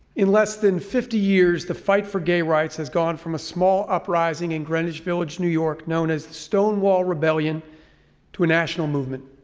in less than fifty years the fight for gay rights has gone from a small uprising in greenwich village new york known as the stonewall rebellion to a national movement.